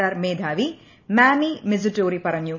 R മേധാവി Mami Mizutori പറഞ്ഞു